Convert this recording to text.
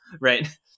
right